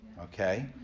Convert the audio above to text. Okay